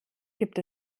gibt